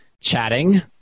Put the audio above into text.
chatting